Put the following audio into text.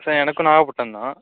sir எனக்கும் நாகப்பட்டினம் தான்